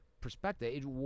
perspective